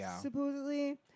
supposedly